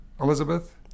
Elizabeth